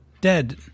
dead